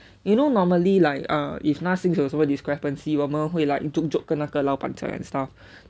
you know normally like err if 那有什么 discrepancy 我们会 like joke joke 跟那个老板讲 and stuff